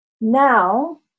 now